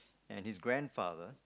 and his grandfather